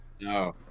No